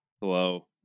Hello